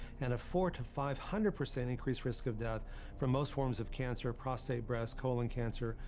and a four to five hundred percent increased risk of death from most forms of cancer, prostate, breast, colon cancer,